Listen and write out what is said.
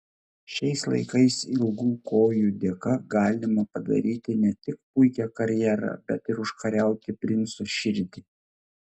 šiais laikais ilgų kojų dėka galima padaryti ne tik puikią karjerą bet ir užkariauti princo širdį